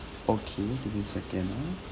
okay give me a second ah